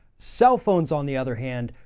cell phones, on the other hand,